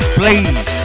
please